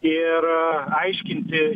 ir aiškinti